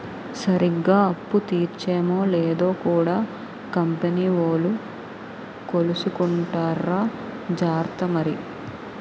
సరిగ్గా అప్పు తీర్చేమో లేదో కూడా కంపెనీ వోలు కొలుసుకుంటార్రా జార్త మరి